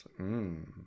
Mmm